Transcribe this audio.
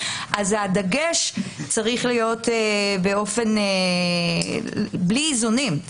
אז הדגש צריך להיות בלי איזונים,